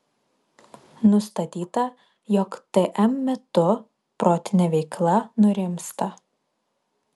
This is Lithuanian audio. nustatyta jog tm metu protinė veikla nurimsta